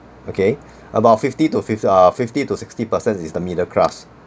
okay about fifty to fifths uh fifty to sixty percent is the middle class